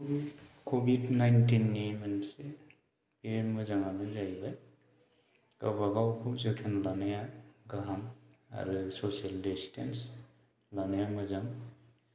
क'बिभ नाइनटिननि मोनसे मोजाङानो जाहैबाय गाबागावखौ जोथोन लानाया गाहाम आरो ससेल डिस्टेन्स लानाया मोजां